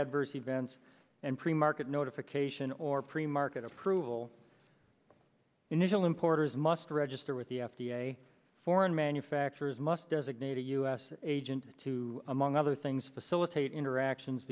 adverse events and pre market notification or pre market approval initial importers must register with the f d a foreign manufacturers must designate a u s agent to among other things facilitate interactions